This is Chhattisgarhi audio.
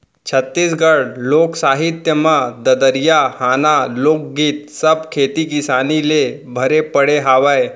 छत्तीसगढ़ी लोक साहित्य म ददरिया, हाना, लोकगीत सब खेती किसानी ले भरे पड़े हावय